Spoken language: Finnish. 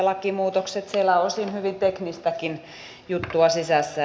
siellä on osin hyvin teknistäkin juttua sisässä